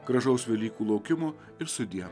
gražaus velykų laukimo ir sudie